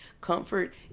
comfort